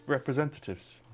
Representatives